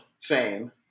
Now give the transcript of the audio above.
fame